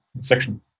section